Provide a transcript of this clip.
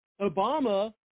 Obama